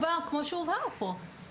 כמו שהובהר פה,